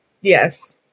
Yes